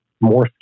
more